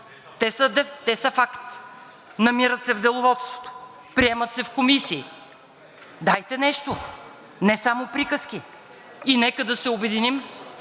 Те са факт. Намират се в Деловодството, приемат се в комисии. Дайте нещо, не само приказки. И нека да се обединим